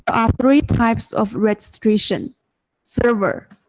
are three types of registration server,